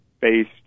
based